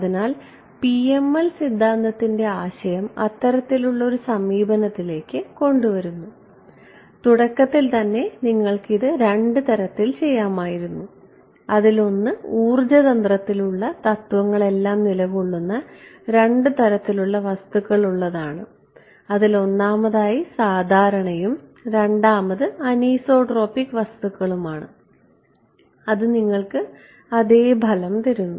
അതിനാൽ PML സിദ്ധാന്തത്തിന്റെ ആശയം അത്തരത്തിലുള്ള ഒരു സമീപനത്തിലേക്ക് കൊണ്ടുവരുന്നു തുടക്കത്തിൽ തന്നെ നിങ്ങൾക്ക് ഇത് 2 തരത്തിൽ ചെയ്യാമായിരുന്നു അതിലൊന്ന് ഊർജ്ജതന്ത്രത്തിൽ ഉള്ള തത്വങ്ങൾ എല്ലാം നിലകൊള്ളുന്ന രണ്ടുതരത്തിലുള്ള വസ്തുക്കൾ ഉള്ളതാണ് അതിൽ ഒന്നാമതായി സാധാരണയും രണ്ടാമത് അനീസോട്രോപിക് വസ്തുക്കളുമാണ് അത് നിങ്ങൾക്ക് അതേ ഫലം തരുന്നു